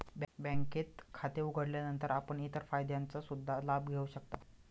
बँकेत खाते उघडल्यानंतर आपण इतर फायद्यांचा सुद्धा लाभ घेऊ शकता